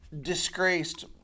disgraced